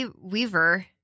Weaver